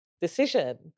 decision